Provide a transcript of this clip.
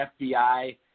FBI